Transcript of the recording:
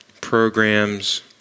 programs